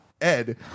Ed